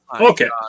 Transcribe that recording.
Okay